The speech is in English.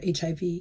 HIV